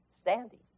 standing